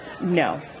No